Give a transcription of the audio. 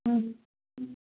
ꯎꯝ ꯎꯝ